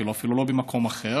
כי הם אפילו לא במקום אחר,